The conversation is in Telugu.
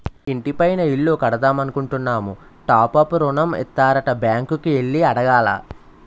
ఇంటి పైన ఇల్లు కడదామనుకుంటున్నాము టాప్ అప్ ఋణం ఇత్తారట బ్యాంకు కి ఎల్లి అడగాల